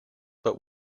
but